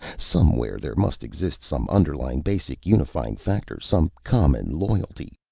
somewhere there must exist some underlying, basic unifying factor, some common loyalty,